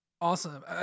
Awesome